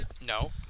No